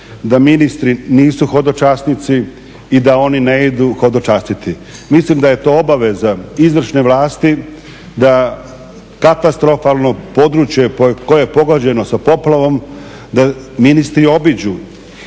da ministri nisu hodočasnici i da oni ne idu hodočastiti. Mislim da je to obaveza izvršne vlasti da katastrofalno područje koje je pogođeno sa poplavom, da ministri obiđu